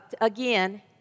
again